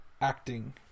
acting